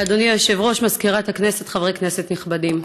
אדוני היושב-ראש, מזכירת הכנסת, חברי כנסת נכבדים,